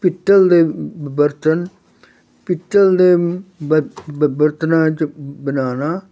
ਪਿੱਤਲ ਦੇ ਬਰਤਨ ਪਿੱਤਲ ਦੇ ਬਰ ਬਰਤਨਾਂ 'ਚ ਬਣਾਉਣਾ